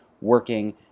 working